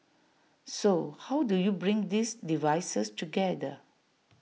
so how do you bring these devices together